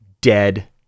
dead